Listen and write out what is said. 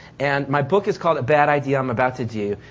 and my book is called a bad idea i'm about to do.